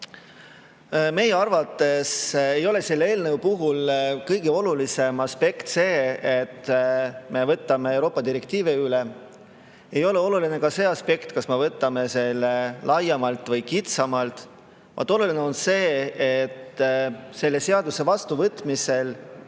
Meie arvates ei ole selle eelnõu puhul kõige olulisem aspekt see, et me võtame Euroopa direktiivi üle. Ei ole oluline ka see aspekt, kas me võtame selle üle laiemalt või kitsamalt. Oluline on see, et selle seaduse vastuvõtmisel